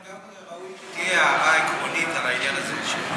אבל גם ראוי שתהיה הערה עקרונית על העניין הזה.